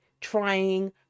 trying